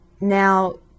Now